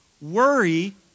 Worry